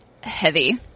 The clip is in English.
heavy